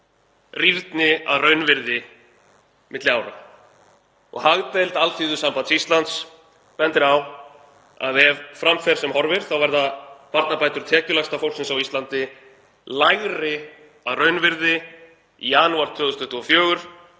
rýrni að raunvirði milli ára. Hagdeild Alþýðusambands Íslands bendir á að ef fram fer sem horfir þá verða barnabætur tekjulægsta fólksins á Íslandi lægri að raunvirði í janúar 2024